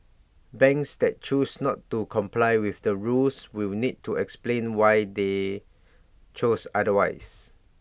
banks that choose not to comply with the rules will need to explain why they chose otherwise